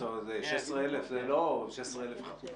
זה לא 16,000 חברות.